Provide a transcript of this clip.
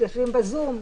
שיושבים ב-זום,